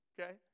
Okay